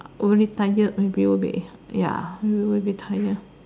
very tired maybe will be ya they will be tired